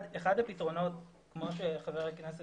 אחד הפתרונות כמו שהציע חבר הכנסת